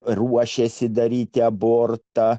ruošiesi daryti abortą